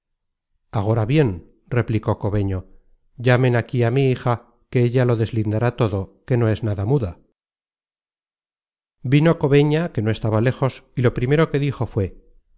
agora bien replicó cobeño llamen aquí á mi hija que ella lo deslindará todo que no es nada muda vino cobeña que no estaba lejos y lo primero que dijo fué